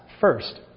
first